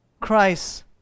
Christ